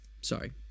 Sorry